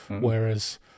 Whereas